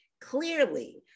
clearly